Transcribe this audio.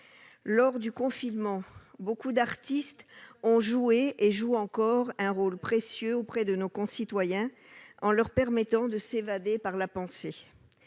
le confinement, beaucoup d'artistes ont joué et jouent encore un rôle précieux auprès de nos concitoyens, en leur permettant de s'évader par la pensée.